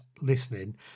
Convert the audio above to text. listening